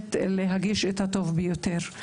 באמת להגיש את הטוב ביותר.